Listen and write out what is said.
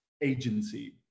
agency